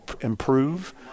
improve